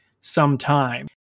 sometime